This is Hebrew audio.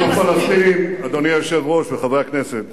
אדוני היושב-ראש וחברי הכנסת,